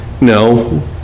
No